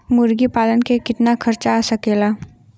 मुर्गी पालन में कितना खर्च आ सकेला?